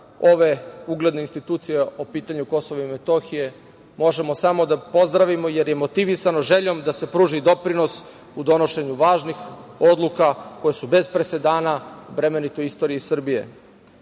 ove ugledne institucije po pitanju Kosova i Metohije možemo samo da pozdravimo, jer je motivisano željom da se pruži doprinos u donošenju važnih odluka koje su bez presedana bremenito u istoriji Srbije.